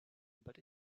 but